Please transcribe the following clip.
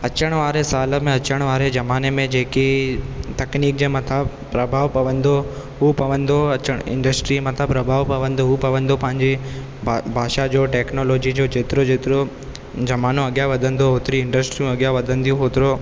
अचण वारे साल में अचण वारे ज़माने में जेके तकनीक जे मथां प्रभाव पड़ंदो उहो पवंदो अचणु इंडस्ट्री मथां प्रभाव पड़ंदो उहो पवंदो पंहिंजे भाषा जो टैक्नोलॉजी जो जेतिरो जेतिरो ज़मानो अॻियां वधंदो होतिरी इंडस्ट्रीअ अॻियां वधंदियूं होतिरो